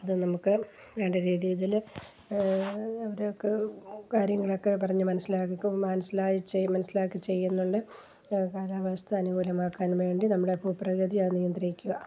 അതു നമുക്ക് വേണ്ടരീതിയിൽ അവരൊക്കെ കാര്യങ്ങളൊക്കെ പറഞ്ഞു മനസ്സിലാക്കിക്കും മനസ്സിലായിച്ചേ മനസ്സിലാക്കി ചെയ്യുന്നുണ്ട് കാലാവസ്ഥ അനുകൂലമാക്കാൻ വേണ്ടി നമ്മുടെ ഭൂപ്രകൃതിയെ നിയന്ത്രിക്കുക